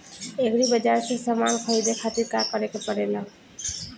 Agri बाज़ार से समान ख़रीदे खातिर का करे के पड़ेला?